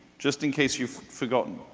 just in case you've forgotten,